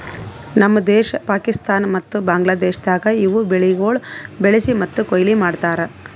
ನಮ್ ದೇಶ, ಪಾಕಿಸ್ತಾನ ಮತ್ತ ಬಾಂಗ್ಲಾದೇಶದಾಗ್ ಇವು ಬೆಳಿಗೊಳ್ ಬೆಳಿಸಿ ಮತ್ತ ಕೊಯ್ಲಿ ಮಾಡ್ತಾರ್